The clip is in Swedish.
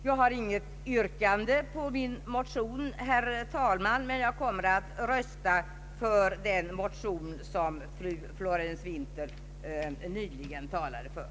Jag har inget yrkande om min mo tion, herr talman, men jag kommer att rösta för den motion som fru Florén-Winther nyss talade för.